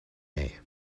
may